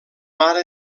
mare